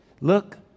Look